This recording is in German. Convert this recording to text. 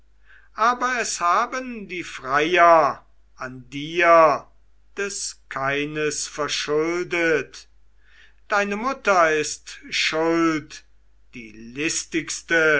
aber es haben die freier an dir des keines verschuldet deine mutter ist schuld die listigste